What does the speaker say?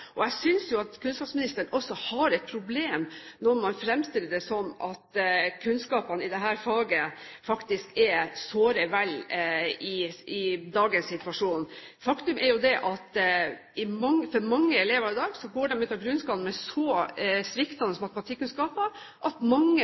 Jeg synes at kunnskapsministeren også har et problem når man fremstiller det slik at kunnskapene i dette faget faktisk er såre vel i dagens situasjon. Faktum er jo at mange elever i dag går ut av grunnskolen med så sviktende matematikkunnskaper at mange